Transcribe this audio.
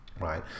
Right